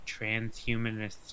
transhumanist